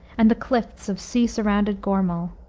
and the cliffs of sea-surrounded gormal.